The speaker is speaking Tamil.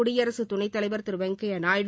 குடியரசு துணைத்தலைவர் திரு வெங்கைய நாயுடு